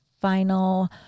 Final